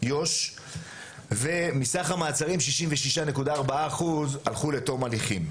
יו"ש ומסך המעצרים 66.4 אחוז הלכו לתום הליכים,